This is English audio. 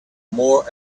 more